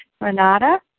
Renata